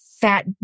fat